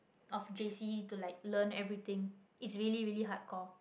of J_C to like learn everything it's really really hardcore